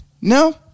no